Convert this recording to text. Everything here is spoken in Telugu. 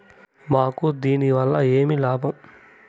మాకు దీనివల్ల ఏమి లాభం